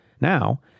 Now